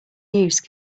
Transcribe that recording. use